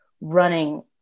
running